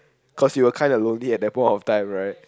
cause you were kinda lonely at the point of time right